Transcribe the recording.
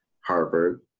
Harvard